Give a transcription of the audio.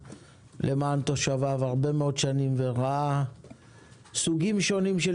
למען תושביו הרבה מאוד שנים וראה סוגים שונים של